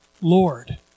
Lord